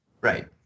Right